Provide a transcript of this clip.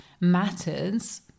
matters